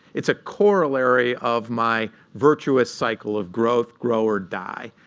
it's a corollary of my virtuous cycle of growth grow or die.